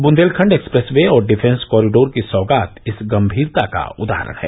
Bundelkhand expressway और defence corridor की सौगात इस गम्मीरता का उदाहरण है